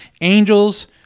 Angels